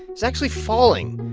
is actually falling,